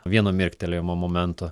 vieno mirktelėjimo momentu